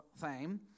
fame